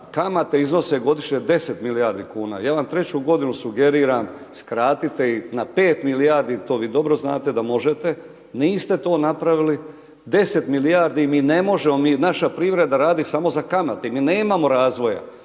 kamate iznose godišnje 10 milijardi kuna. Ja vam treću godinu sugeriram skratite ih na 5 milijardi, to vi dobro znate da možete, niste to napravili. 10 milijardi mi ne možemo, naša privreda radi samo za kamate, mi nemamo razvoja,